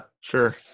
sure